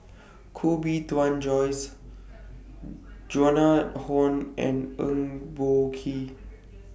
Koh Bee Tuan Joyce Joan Hon and Eng Boh Kee